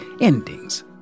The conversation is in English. endings